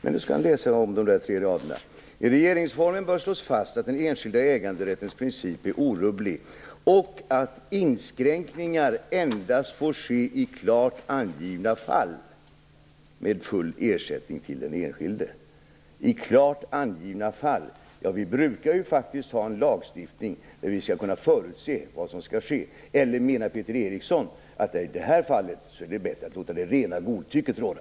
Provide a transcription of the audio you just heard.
Då skall han läsa om de raderna i betänkandet: I regeringsformen bör slås fast att den enskilda äganderättens princip är orubblig och att inskränkningar endast får ske i klart angivna fall med full ersättning till den enskilde, alltså "i klart angivna fall". Vi brukar ha en lagstiftning där vi skall kunna förutse vad som skall ske, eller menar Peter Eriksson att det i det här fallet är bättre att låta rena godtycket råda?